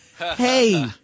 hey